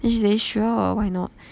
then she say sure why not